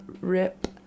Rip